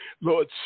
Lord